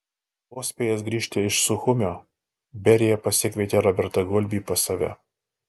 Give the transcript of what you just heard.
vos spėjęs grįžti iš suchumio berija pasikvietė robertą gulbį pas save